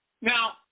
Now